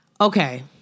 Okay